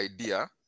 idea